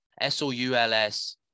S-O-U-L-S